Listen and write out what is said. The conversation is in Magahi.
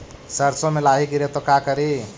सरसो मे लाहि गिरे तो का करि?